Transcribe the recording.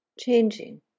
changing